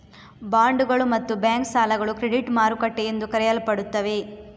ಬಾಂಡುಗಳು ಮತ್ತು ಬ್ಯಾಂಕ್ ಸಾಲಗಳು ಕ್ರೆಡಿಟ್ ಮಾರುಕಟ್ಟೆ ಎಂದು ಕರೆಯಲ್ಪಡುತ್ತವೆ